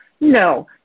No